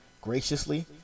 graciously